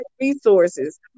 resources